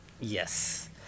Yes